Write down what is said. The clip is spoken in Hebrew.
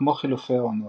כמו חילופי העונות.